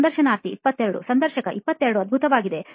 ಸಂದರ್ಶನಾರ್ಥಿ 22 ಸಂದರ್ಶಕ 22 ಅದ್ಭುತವಾಗಿದೆ